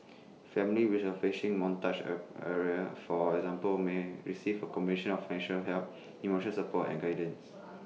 families which are facing montage area for example may receive A combination of financial help emotional support and guidance